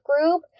group